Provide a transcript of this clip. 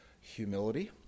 humility